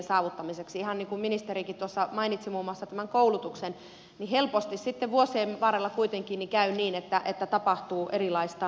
ihan niin kuin ministerikin tuossa mainitsi muun muassa tämän koulutuksen niin helposti sitten vuosien varrella kuitenkin käy niin että tapahtuu erilaista lipsumista